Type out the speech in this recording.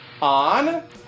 on